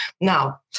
Now